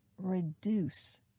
Reduce